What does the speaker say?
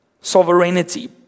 sovereignty